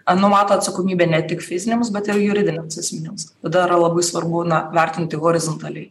numato atsakomybę ne tik fiziniams bet ir juridiniams asmenims tada yra labai svarbu na vertinti horizontaliai